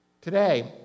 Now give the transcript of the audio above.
Today